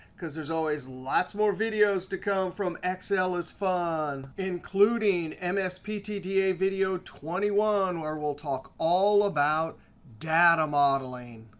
because there's always lots more videos to come from excel is fun, including msptda video twenty one, where we'll talk all about data modeling.